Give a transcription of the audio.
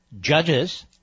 Judges